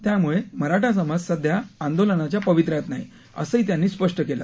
त्यामुळे मराठा समाज सध्या आंदोलनाच्या पवित्र्यात नाही असंही त्यांनी स्पष्टं केलं